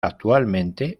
actualmente